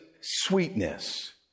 sweetness